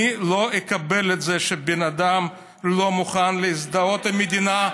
אני לא אקבל את זה שבן אדם לא מוכן להזדהות עם המדינה,